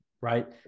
Right